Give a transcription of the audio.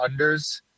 unders